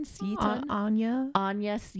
anya